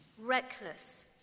reckless